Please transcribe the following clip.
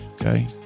Okay